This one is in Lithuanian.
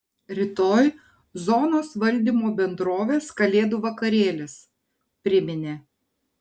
rytoj zonos valdymo bendrovės kalėdų vakarėlis priminė